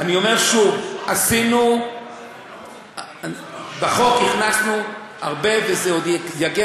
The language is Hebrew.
אני אומר שוב, בחוק הכנסנו הרבה, וזה עוד יגיע